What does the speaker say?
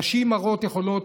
נשים הרות יכולות,